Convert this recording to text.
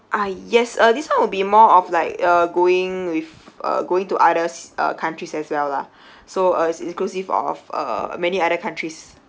ah yes uh this one will be more of like uh going with uh going to others c~ uh countries as well lah so uh it's inclusive of uh many other countries